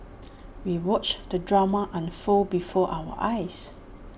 we watched the drama unfold before our eyes